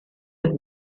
are